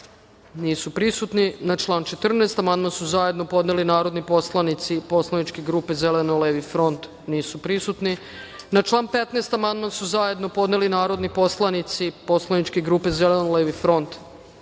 želi reč. Na član 3. amandman su zajedno podneli narodni poslanici Poslaničke grupe Zeleno-levi front, koji nisu tu. Na član 4. amandman su zajedno podneli narodni poslanici Poslaničke grupe Zeleno-levi front,